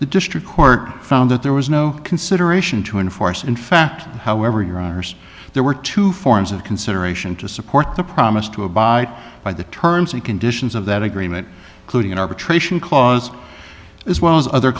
the district court found that there was no consideration to enforce in fact however your honors there were two forms of consideration to support the promise to abide by the terms and conditions of that agreement clearly an arbitration clause as well as other